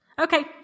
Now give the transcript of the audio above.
Okay